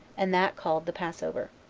and that called the passover.